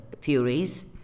Furies